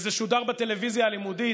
וזה שודר בטלוויזיה הלימודית.